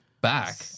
back